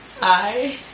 Hi